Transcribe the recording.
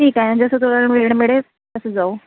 ठीक आहे ना जसं तुला वेळ मिड मिळेल तसं जाऊ